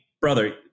brother